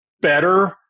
better